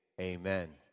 amen